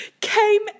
Came